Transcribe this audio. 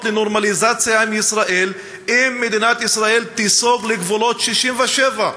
לנורמליזציה עם ישראל אם מדינת ישראל תיסוג לגבולות 67',